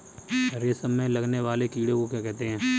रेशम में लगने वाले कीड़े को क्या कहते हैं?